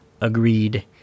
Agreed